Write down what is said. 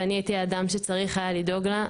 ואני הייתי האדם שהיה צריך לדאוג לה".